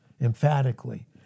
emphatically